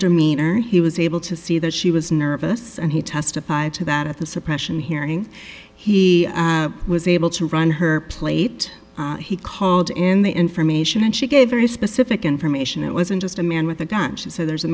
demeanor he was able to see that she was nervous and he testified to that at the suppression hearing he was able to run her plate he called in the information and she gave very specific information it wasn't just a man with a gun she so there's a